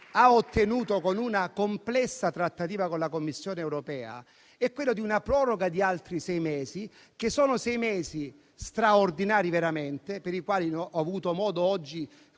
ha ottenuto, con una complessa trattativa con la Commissione europea, è una proroga di altri sei mesi, che sono veramente straordinari, per i quali ho avuto modo,